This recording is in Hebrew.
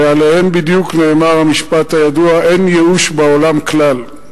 ועליהם בדיוק נאמר המשפט הידוע: אין ייאוש בעולם כלל.